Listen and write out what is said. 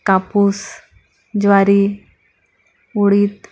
कापूस ज्वारी उडीद